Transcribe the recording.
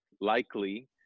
likely